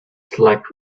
slack